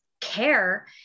care